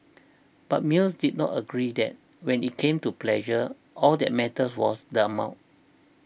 but Mill did not agree that when it came to pleasure all that mattered was the amount